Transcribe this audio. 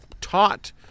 taught